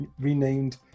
renamed